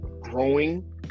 growing